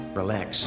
relax